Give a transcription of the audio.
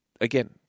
again